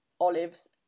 olives